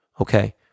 okay